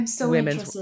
women